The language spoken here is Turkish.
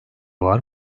var